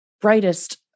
brightest